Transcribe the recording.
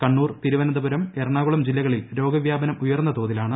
കണ്ണൂർ തിരുവനന്തപുരം എറണാകുളം ജില്ലകളിൽ രോഗവ്യാപനം ഉയർന്ന തോതിലാണ്